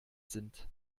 sind